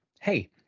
hey